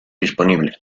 disponibles